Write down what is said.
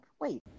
wait